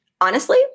honestly-